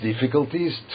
difficulties